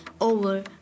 over